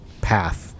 path